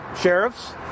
sheriffs